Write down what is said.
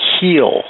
heal